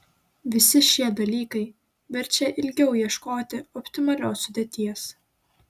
visi šie dalykai verčia ilgiau ieškoti optimalios sudėties